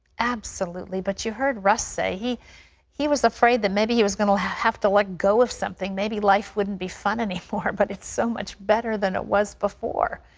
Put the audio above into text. absolutely. but you heard russ say he he was afraid that maybe he was going to have to let go of something. maybe life wouldn't be fun anymore. but it's so much better than it was before.